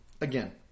again